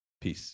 Peace